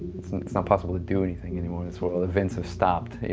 it's not possible to do anything any more. and sort of events have stopped.